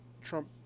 Trump